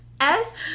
S-